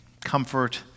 comfort